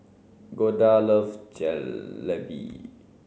Golda loves Jalebi